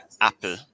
Apple